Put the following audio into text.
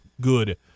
good